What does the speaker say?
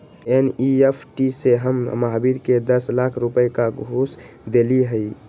NEFT से हम महावीर के दस लाख रुपए का घुस देलीअई